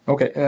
Okay